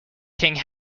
king